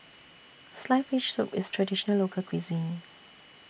Sliced Fish Soup IS A Traditional Local Cuisine